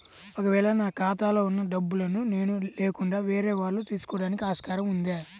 ఒక వేళ నా ఖాతాలో వున్న డబ్బులను నేను లేకుండా వేరే వాళ్ళు తీసుకోవడానికి ఆస్కారం ఉందా?